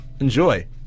enjoy